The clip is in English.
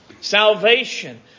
salvation